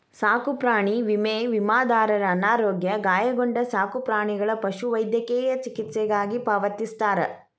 ಸಾಕುಪ್ರಾಣಿ ವಿಮೆ ವಿಮಾದಾರರ ಅನಾರೋಗ್ಯ ಗಾಯಗೊಂಡ ಸಾಕುಪ್ರಾಣಿಗಳ ಪಶುವೈದ್ಯಕೇಯ ಚಿಕಿತ್ಸೆಗಾಗಿ ಪಾವತಿಸ್ತಾರ